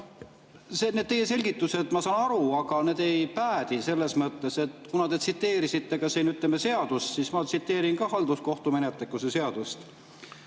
Noh, need teie selgitused, ma saan aru, aga need ei [päde] selles mõttes, et kuna te tsiteerisite siin seadust, siis ma tsiteerin ka halduskohtumenetluse seadustikku: